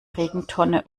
regentonne